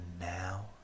now